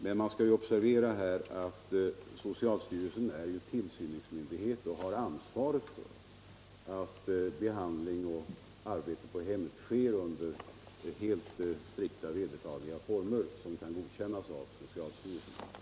Men man skall observera att socialstyrelsen är tillsynsmyndighet och har ansvaret för att behandlingen och arbetet på hemmet sker enligt strikta och vedertagna former, som kan godkännas av socialstyrelsen.